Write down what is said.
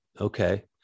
Okay